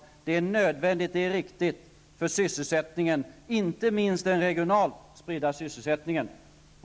Den sänkningen är nödvändig och riktig med tanke på sysselsättningen, inte minst den regionalt spridda sysselsättningen.